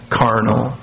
carnal